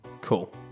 cool